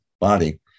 body